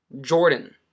Jordan